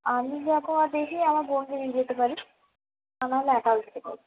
আমি যাবো আর দেখি আমার বোন যদি যেতে পারি তা না হলে একাও যেতে পারবো